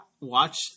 watch